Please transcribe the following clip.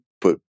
put